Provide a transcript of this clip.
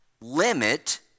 limit